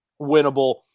winnable